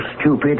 stupid